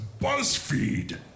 Buzzfeed